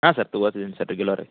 ಹಾಂ ಸರ್ ತೊಗೋತಿದ್ದೀನಿ ರೆಗ್ಯುಲರಾಗಿ